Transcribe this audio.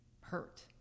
hurt